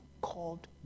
called